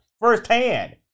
firsthand